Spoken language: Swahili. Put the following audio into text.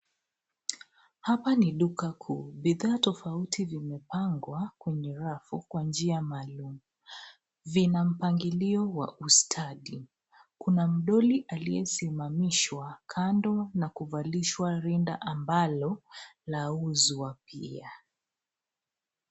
Hapa ni duka kuu. Bidhaa tofauti vimepangwa kwenye rafu kwa njia maalum. Vina mpangilio wa ustadi. Kuna mdoli aliyesimamishwa kando na kuvalishwa rinda ambalo lauzwa pia.